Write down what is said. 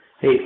Hey